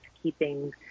keeping